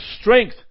strength